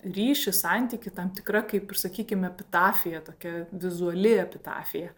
ryšį santykį tam tikra kaip ir sakykime epitafija tokia vizuali epitafija